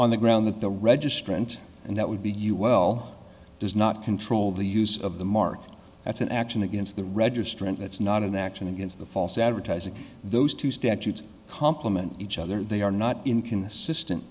on the ground that the registrant and that would be you well does not control the use of the market that's an action against the registrant that's not an action against the false advertising those two statutes complement each other they are not in can assistant